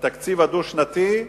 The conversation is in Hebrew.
בתקציב הדו-שנתי,